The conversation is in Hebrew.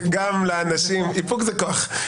איפוק זה כוח.